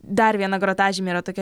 dar viena grotažymė yra tokia